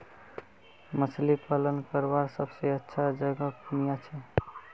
मछली पालन करवार सबसे अच्छा जगह कुनियाँ छे?